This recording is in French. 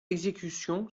exécution